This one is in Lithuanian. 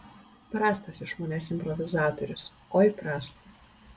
prastas iš manęs improvizatorius oi prastas